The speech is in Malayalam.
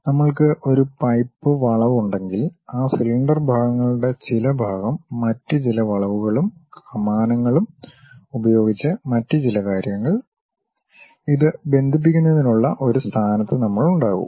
നമ്മൾക്ക് ഒരു പൈപ്പ് വളവ് ഉണ്ടെങ്കിൽ ആ സിലിണ്ടർ ഭാഗങ്ങളുടെ ചില ഭാഗം മറ്റ് ചില വളവുകളും കമാനങ്ങളും ഉപയോഗിച്ച് മറ്റ് ചില കാര്യങ്ങൾ ഇത് ബന്ധിപ്പിക്കുന്നതിനുള്ള ഒരു സ്ഥാനത്ത് നമ്മൾ ഉണ്ടാകും